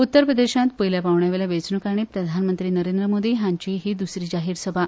उत्तर प्रदेशांत पयल्या पांवड्यावेल्या वेचणुकानी प्रधानमंत्री नरेंद्र मोदी हांची हि दुसरी जाहिरसभा